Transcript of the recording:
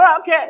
okay